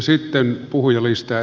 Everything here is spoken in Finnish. sitten puhujalistaan